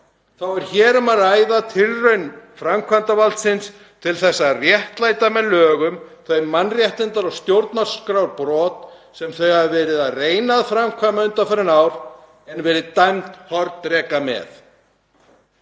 hátt er hér um að ræða tilraun framkvæmdarvaldsins til að réttlæta með lögum þau mannréttinda- og stjórnarskrárbrot sem þau hafa verið að reyna að framkvæma undanfarin ár en verið gerð hornreka með.